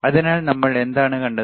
അതിനാൽ നമ്മൾ എന്താണ് കണ്ടത്